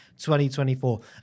2024